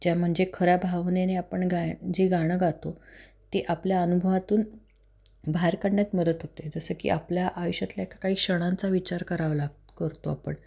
ज्या म्हणजे खऱ्या भावनेने आपण गाय जे गाणं गातो ते आपल्या अनुभवातून बाहेर काढण्यात मदत होते जसं की आपल्या आयुष्यातल्या एका काही क्षणांचा विचार करावा लाग करतो आपण